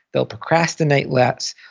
they'll procrastinate less,